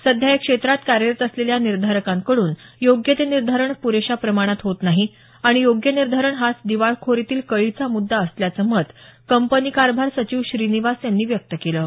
सध्या या क्षेत्रात कार्यरत असलेल्या निर्धारकांकडून योग्य ते निर्धारण प्रेशा प्रमाणात होत नाही आणि योग्य निर्धारण हाच दिवाळखोरीतील कळीचा मुद्दा असल्याचं मत कंपनी कारभार सचिव श्रीनिवास यांनी व्यक्त केलं आहे